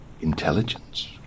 intelligence